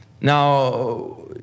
Now